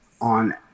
on